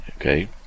Okay